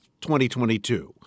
2022